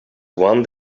one